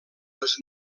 les